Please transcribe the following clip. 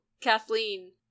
Kathleen